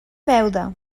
beuda